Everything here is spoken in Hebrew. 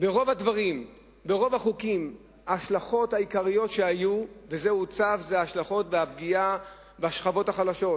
ברוב החוקים ההשלכות העיקריות היו הפגיעה בשכבות החלשות,